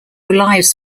lives